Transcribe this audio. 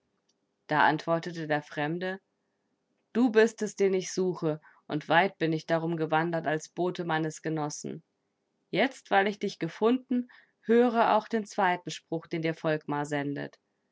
da antwortete der fremde du bist es den ich suche und weit bin ich darum gewandert als bote meines genossen jetzt weil ich dich gefunden höre auch den zweiten spruch den dir volkmar sendet